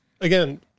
again